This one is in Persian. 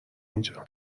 اینجا